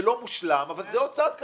זה לא מושלם, אבל זה עוד צעד קדימה.